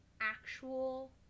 actual